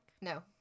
No